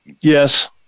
Yes